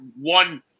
one